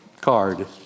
card